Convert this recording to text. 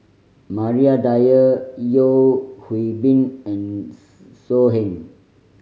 Maria Dyer Yeo Hwee Bin and So Heng